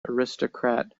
aristocrat